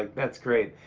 that's great.